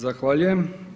Zahvaljujem.